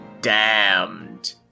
Damned